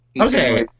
okay